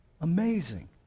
Amazing